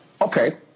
Okay